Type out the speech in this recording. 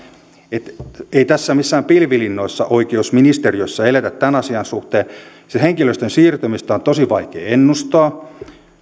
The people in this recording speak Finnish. että ei tässä missään pilvilinnoissa oikeusministeriössä eletä tämän asian suhteen sen henkilöstön siirtymistä on tosi vaikea ennustaa